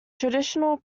traditional